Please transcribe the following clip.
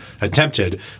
attempted